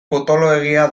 potoloegia